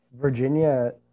Virginia